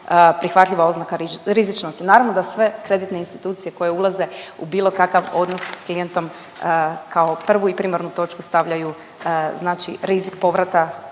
prihvatljiva oznaka rizičnosti. Naravno da sve kreditne institucije koje ulaze u bilo kakav odnos s klijentom kao prvu i primarnu točku stavljaju znači rizik povrata